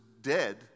dead